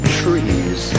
trees